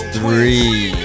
Three